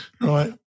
Right